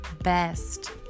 best